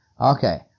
Okay